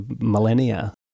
millennia